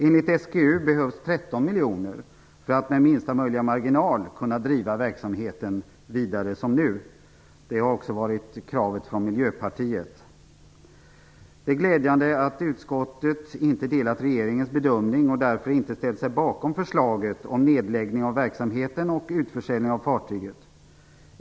Enligt SGU behövs 13 miljoner för att med minsta möjliga marginal kunna driva verksamheten vidare som nu. Det har också varit kravet från Miljöpartiet. Det är glädjande att utskottet inte delat regeringens bedömning och därför inte ställt sig bakom förslaget om en nedläggning av verksamheten och en utförsäljning av fartyget.